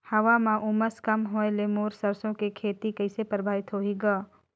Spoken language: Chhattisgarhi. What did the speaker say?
हवा म उमस कम होए ले मोर सरसो के खेती कइसे प्रभावित होही ग?